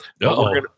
No